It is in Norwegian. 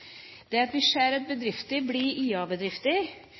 det funker, vi ser at